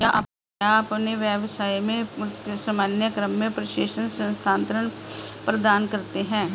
क्या आप अपने व्यवसाय के सामान्य क्रम में प्रेषण स्थानान्तरण प्रदान करते हैं?